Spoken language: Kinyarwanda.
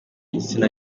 igitsina